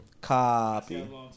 Copy